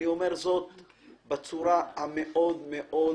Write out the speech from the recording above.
אני אומר את זה בצורה ברורה מאוד,